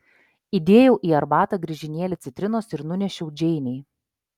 įdėjau į arbatą griežinėlį citrinos ir nunešiau džeinei